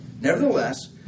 Nevertheless